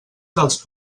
dels